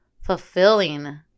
fulfilling